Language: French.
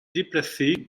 déplacer